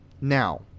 Now